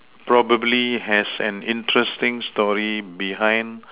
probably has an interesting story behind